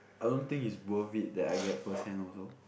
I don't think is worth it that I get first-hand also